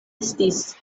estis